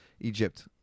Egypt